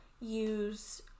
use